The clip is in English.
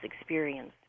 experience